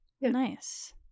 nice